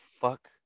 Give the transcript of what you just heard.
fuck